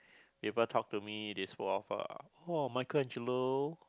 people they talk to me they spoke of !woah! Michael-Angelo